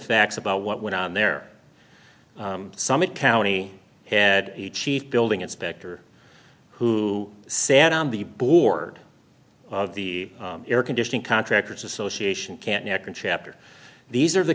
facts about what went on there summit county had a chief building inspector who sat on the board of the air conditioning contractors association can't now can chapter these are the